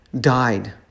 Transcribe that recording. died